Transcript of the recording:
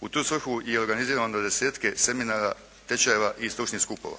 U tu svrhu je organizirano dvadesetke seminara, tečajeva i stručnih skupova.